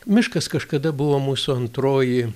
miškas kažkada buvo mūsų antroji